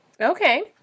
Okay